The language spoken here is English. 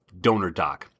DonorDoc